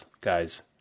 guys